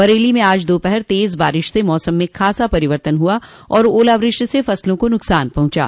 बरेली में आज दोपहर तेज़ बारिश से मौसम में खासा परिवर्तन हुआ और ओलावृष्टि से फ़सलों को नुकसान पहुंचा